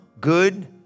good